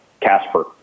Casper